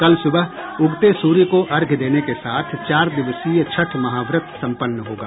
कल सुबह उगते सूर्य को अर्घ्य देने के साथ चार दिवसीय छठ महा व्रत संपन्न होगा